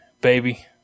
baby